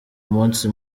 umunsi